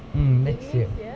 mm next year